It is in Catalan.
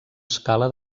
escala